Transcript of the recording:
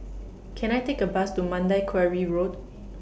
Can I Take A Bus to Mandai Quarry Road